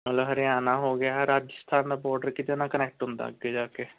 ਮਤਲਵ ਹਰਿਆਣਾ ਹੋ ਗਿਆ ਰਾਜਸਥਾਨ ਦਾ ਬਾਰਡਰ ਕਿਹਦੇ ਨਾਲ ਕਨੈਕਟ ਹੁੰਦਾ ਅੱਗੇ ਜਾ ਕੇ